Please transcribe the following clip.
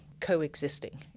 coexisting